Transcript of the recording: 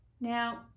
now